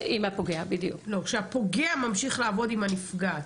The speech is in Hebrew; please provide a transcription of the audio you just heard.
לא, שהפוגע ממשיך לעבוד עם הנפגעת,